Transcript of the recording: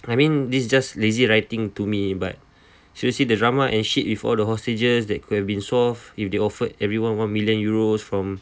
I mean this is just lazy writing to me but seriously the drama and shit if all the hostages that could have been solved if they offered everyone one million euros from